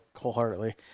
wholeheartedly